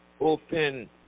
open